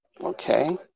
Okay